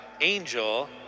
Angel